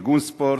ארגון ספורט,